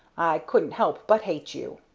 i couldn't help but hate you.